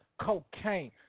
Cocaine